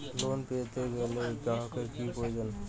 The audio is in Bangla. লোন পেতে গেলে গ্রাহকের কি প্রয়োজন?